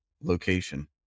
location